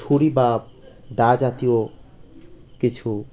ছুরি বা দা জাতীয় কিছু